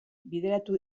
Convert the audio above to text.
bideratu